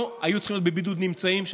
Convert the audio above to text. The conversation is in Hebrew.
היו צריכים להיות בבידוד נמצאים שם.